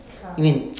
ah